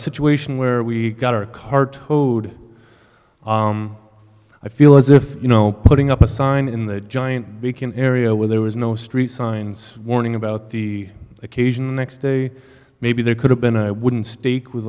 situation where we got our car towed i feel as if you know putting up a sign in the giant bacon area where there was no street signs warning about the occasional next day maybe there could have been a wooden stake with